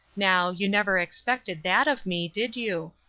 now, you never expected that of me, did you?